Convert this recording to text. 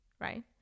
right